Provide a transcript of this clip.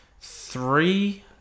three